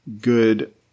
good